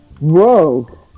whoa